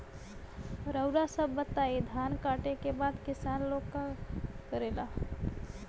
रउआ सभ बताई धान कांटेके बाद किसान लोग का करेला?